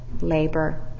labor